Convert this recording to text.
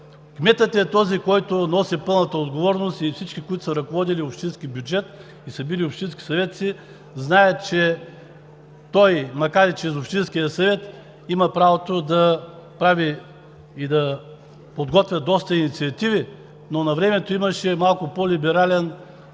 кметът е този, който носи пълната отговорност. Всички, които са ръководили общински бюджет, и са били общински съветници знаят, че той, макар и чрез общинския съвет, има правото да прави и да подготвя доста инициативи, но навремето имаше малко по-либерална